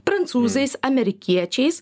prancūzais amerikiečiais